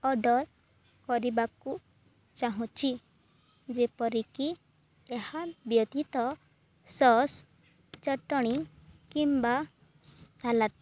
order କରିବାକୁ ଚାହୁଁଛି ଯେପରିକି ଏହା ବ୍ୟତୀତ ସସ୍ ଚଟଣି କିମ୍ବା ସାଲାଡ଼